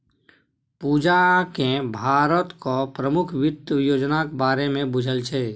पूजाकेँ भारतक प्रमुख वित्त योजनाक बारेमे बुझल छै